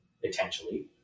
potentially